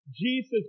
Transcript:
Jesus